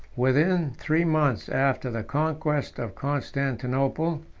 within three months after the conquest of constantinople,